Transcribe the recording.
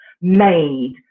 made